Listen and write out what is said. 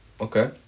Okay